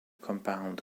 compound